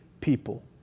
people